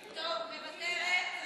טוב, מוותרת.